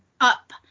up